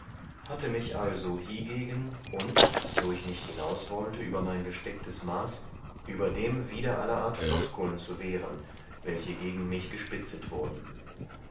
hatte mich also hiegegen und so ich nicht hinaus wollte über mein gestecktes maß überdem wider allerart flosculn zu wehren welche gegen mich gespitzet wurden